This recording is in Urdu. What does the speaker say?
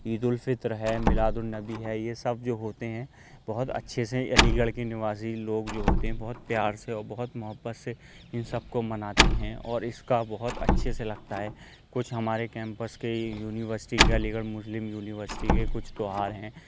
عیدالفطر ہے میلادالنبی ہے یہ سب جو ہوتے ہیں بہت اچھے سے علی گڑھ كے نِواسین لوگ جو ہوتے ہیں بہت پیار سے اور بہت محبت سے ان سب کو مناتے ہیں اور اس کا بہت اچھے سے لگتا ہے کچھ ہمارے کمیپس کے ہی university Aligarh Muslim university کے کچھ تہوار ہیں